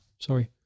Sorry